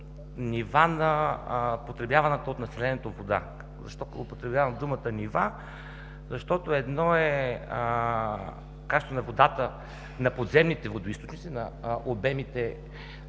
нива на потребяваната от населението вода. Защо употребявам думата „нива“? Защото едно е качеството на водата на подземните водоизточници, на обемите